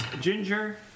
ginger